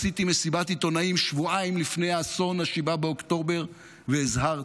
עשיתי מסיבת עיתונאים שבועיים לפני אסון 7 באוקטובר והזהרתי.